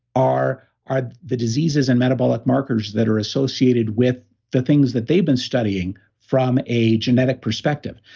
are are the diseases and metabolic markers that are associated with the things that they've been studying from a genetic perspective